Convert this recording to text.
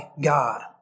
God